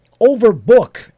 overbook